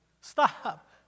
stop